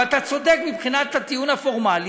ואתה צודק מבחינת הטיעון הפורמלי,